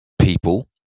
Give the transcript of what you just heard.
people